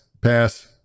Pass